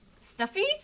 Stuffy